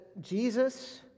Jesus